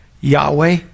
Yahweh